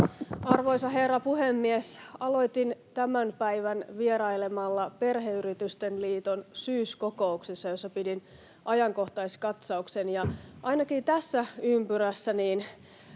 Arvoisa herra puhemies! Aloitin tämän päivän vierailemalla Perheyritysten liiton syyskokouksessa, jossa pidin ajankohtaiskatsauksen, ja ainakin tässä ympyrässä